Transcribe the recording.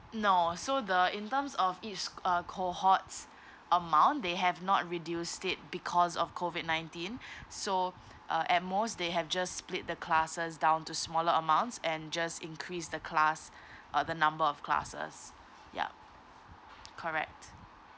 no so the in terms of its uh cohorts amount they have not reduce state because of COVID nineteen so uh at most they have just split the classes down to smaller amounts and just increase the class uh the number of classes ya correct